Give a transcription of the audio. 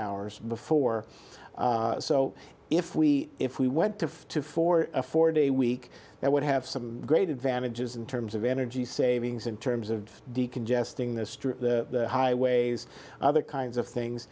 hours before so if we if we went to two for a four day week that would have some great advantages in terms of energy savings in terms of the congesting the street the highways other kinds of things